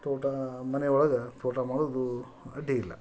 ತೋಟ ಮನೆ ಒಳಗೆ ತೋಟ ಮಾಡೋದು ಅಡ್ಡಿಯಿಲ್ಲ